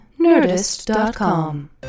nerdist.com